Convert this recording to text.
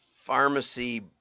pharmacy